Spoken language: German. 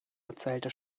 erzählte